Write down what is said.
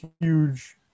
huge